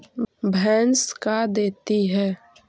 भैंस का देती है?